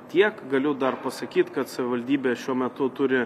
tiek galiu dar pasakyt kad savivaldybė šiuo metu turi